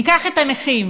ניקח את הנכים: